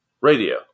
radio